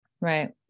Right